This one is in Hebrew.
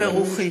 היא ברוחי.